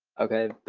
okay,